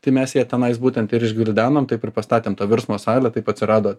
tai mes ją tenais būtent ir išgvildenom taip ir pastatėm tą virsmo salę taip atsirado